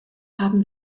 haben